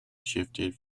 shifted